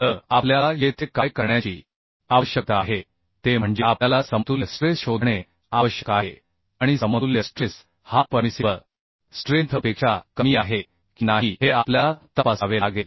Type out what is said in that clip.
तर आपल्याला येथे काय करण्याची आवश्यकता आहे ते म्हणजे आपल्याला समतुल्य स्ट्रेस शोधणे आवश्यक आहे आणि समतुल्य स्ट्रेस हा परमिसिबल स्ट्रेंथ पेक्षा कमी आहे की नाही हे आपल्याला तपासावे लागेल